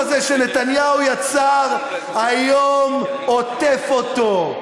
כי אני באתי משם, ואני יודע מה עשיתם לתנועה הזאת.